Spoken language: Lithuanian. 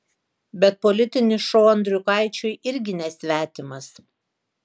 bet politinis šou andriukaičiui irgi nesvetimas